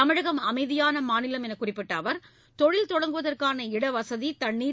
தமிழகம் அமைதியான மாநிலம் என்று குறிப்பிட்ட அவர் தொழில் தொடங்குவதற்கான இடவசதி தண்ணீர்